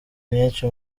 myinshi